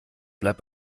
bleib